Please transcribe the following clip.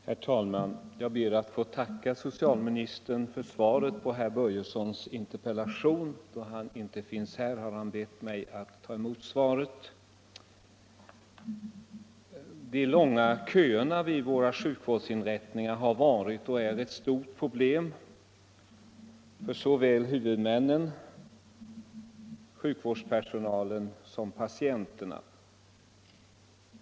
Herr talman! Jag ber att få tacka för svaret på herr Börjessons i Falköping interpellation. Då herr Börjesson inte har tillfälle att ta emot svaret, har han bett mig göra detta. De långa köerna vid våra sjukvårdsinrättningar har varit och är ett stort problem för huvudmännen, för sjukvårdspersonalen och för patienterna.